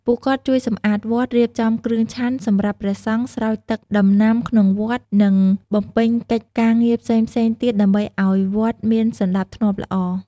ពួកគាត់ជួយសំអាតវត្ត រៀបចំគ្រឿងឆាន់សម្រាប់ព្រះសង្ឃ ស្រោចទឹកដំណាំក្នុងវត្ត និងបំពេញកិច្ចការងារផ្សេងៗទៀតដើម្បីឱ្យវត្តមានសណ្ដាប់ធ្នាប់ល្អ។